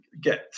get